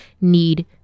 need